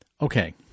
okay